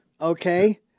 okay